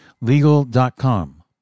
Legal.com